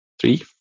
three